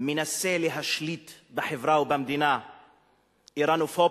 מנסה להשליט בחברה ובמדינה אירנופוביה.